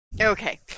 Okay